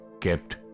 kept